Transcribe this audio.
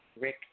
Rick